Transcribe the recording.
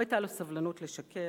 לא היה לו סבלנות לשקר,